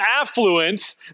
affluence